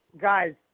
guys